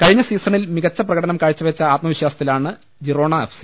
കഴിഞ്ഞ സീസണിൽ മികച്ച പ്രകടനം കാഴ്ചവെച്ച ആത്മവിശ്വാസത്തിലാണ് ജിറോണാ എഫ് സി